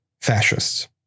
fascists